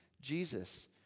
Jesus